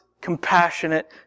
compassionate